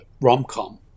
rom-com